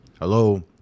Hello